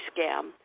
scam